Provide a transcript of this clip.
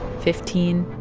fifteen.